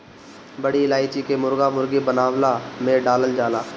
बड़ी इलायची के मुर्गा मुर्गी बनवला में डालल जाला